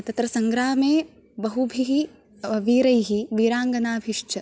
तत्र सङ्ग्रामे बहुभिः वीरैः वीराङ्गनाभिश्च